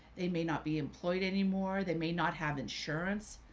they may not be employed anymore. they may not have insurance.